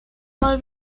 mal